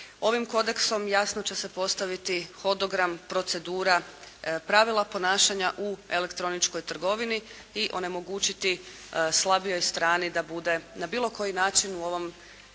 Ovim kodeksom jasno će se postaviti hodogram procedura pravila ponašanja u elektroničkoj trgovini i onemogućiti slabijoj strani da bude na bilo koji način u ovom